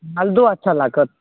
मालदहो अच्छा लागत